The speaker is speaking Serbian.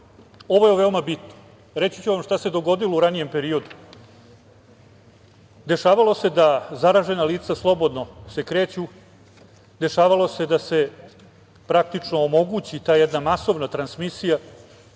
je veoma bitno. Reći ću vam šta se dogodilo u ranijem periodu. Dešavalo se da zaražena lica slobodno se kreću, dešavalo se da se praktično omogući ta jedna masovna transmisija